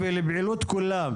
לקריאה ראשונה.